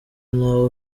nawe